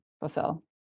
fulfill